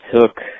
took